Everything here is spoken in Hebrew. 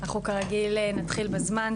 אנחנו כרגיל נתחיל בזמן,